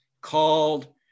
called